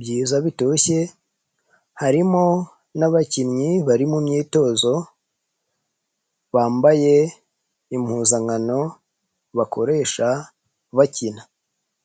byiza bitoshye, harimo n'abakinnyi bari mumyitozo, bambaye impuzankano, bakoresha bakina.